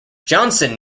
johnson